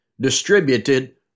distributed